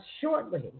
shortly